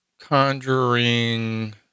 Conjuring